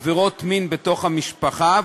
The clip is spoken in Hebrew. עבירות מין בתוך המשפחה,